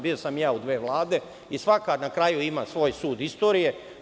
Bio sam i ja u dve vlade i svaka, na kraju, ima svoj sud istorije.